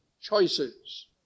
choices